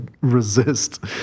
resist